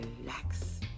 relax